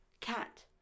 Cat